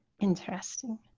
interesting